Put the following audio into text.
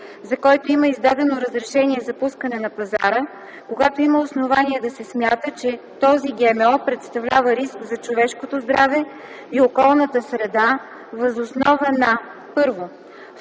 за който има издадено разрешение за пускане на пазара, когато има основание да се смята, че този ГМО представлява риск за човешкото здраве и околната среда, въз основа на: 1.